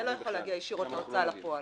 זה לא יכול להגיע ישירות להוצאה לפועל.